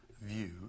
view